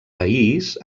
país